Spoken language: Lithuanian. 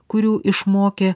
kurių išmokė